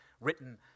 written